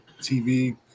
TV